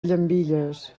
llambilles